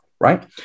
Right